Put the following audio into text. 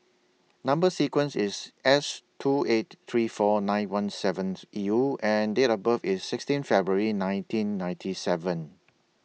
Number sequence IS S two eight three four nine one seventh U and Date of birth IS sixteen February in nineteen ninety seven